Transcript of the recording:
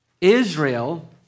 Israel